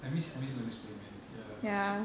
I miss I miss going to spain man ya